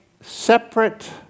separate